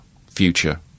future